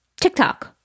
TikTok